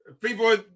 people